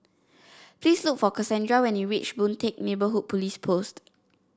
please look for Kassandra when you reach Boon Teck Neighbourhood Police Post